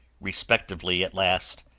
respectively, at last,